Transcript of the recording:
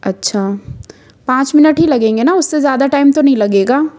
अच्छा पाँच मिनट ही लगेंगे ना उससे ज़्यादा टाइम तो नहीं लगेगा